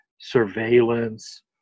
surveillance